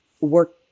work